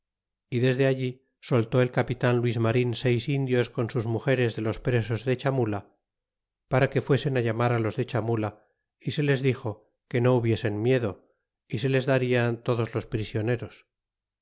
y desde allí soltó el capitan luis noria seis indicps con sus mugeres de los presos de chamula para que fuesen llamar los de chamula y se les dixo que no hubiesen miedo y se les daria todos los prisioneros